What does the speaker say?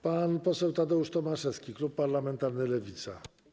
Pan poseł Tadeusz Tomaszewski, klub parlamentarny Lewica.